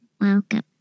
Welcome